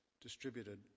distributed